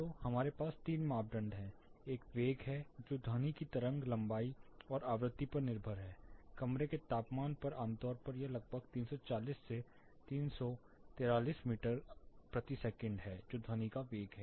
तो हमारे तीन मापदंड हैं एक वेग है जो ध्वनि की तरंग लंबाई और आवृत्ति पर निर्भर है कमरे के तापमान पर आमतौर पर यह लगभग 340 से 343 मीटर प्रति सेकंड है जो ध्वनि का वेग है